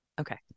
Okay